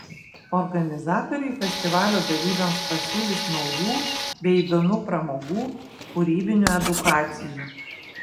organizatoriai festivalio dalyviams pasiūlys naujų bei įdomių pramogų kūrybinių edukacijų